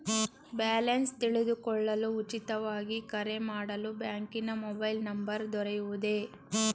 Balance ತಿಳಿದುಕೊಳ್ಳಲು ಉಚಿತವಾಗಿ ಕರೆ ಮಾಡಲು ಬ್ಯಾಂಕಿನ ಮೊಬೈಲ್ ನಂಬರ್ ದೊರೆಯುವುದೇ?